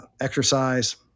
exercise